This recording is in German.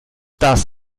das